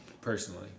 personally